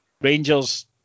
Rangers